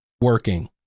working